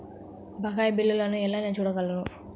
బకాయి బిల్లును నేను ఎలా చూడగలను?